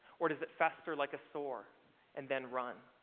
or does it fester like a sore and then run?